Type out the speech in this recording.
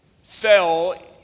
fell